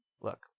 look